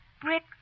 Brick